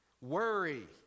Worry